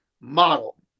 model